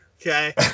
okay